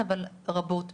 בוקר טוב,